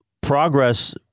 progress